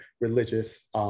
religious